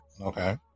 Okay